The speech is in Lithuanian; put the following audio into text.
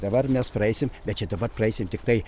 dabar mes praeisim bet čia to praeisim tik tai